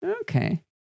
Okay